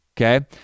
Okay